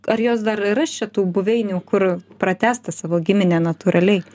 ar jos dar ras čia tų buveinių kur pratęsti savo giminę natūraliai